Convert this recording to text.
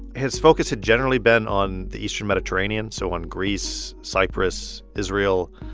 his focus had generally been on the eastern mediterranean, so on greece, cyprus, israel.